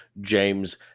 James